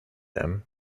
them